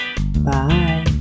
Bye